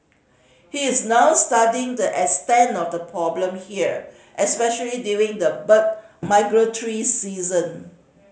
he is now studying the extent of the problem here especially during the bird migratory season